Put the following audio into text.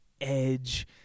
edge